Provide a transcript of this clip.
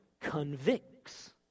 convicts